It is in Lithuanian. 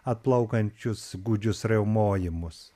gūdžius riaumojimus